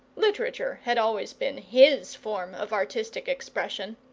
literature had always been his form of artistic expression.